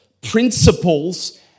principles